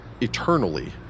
eternally